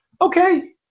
Okay